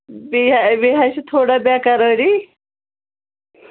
بیٚیہِ حظ بیٚیہِ حظ چھِ تھوڑا بیقرٲرِی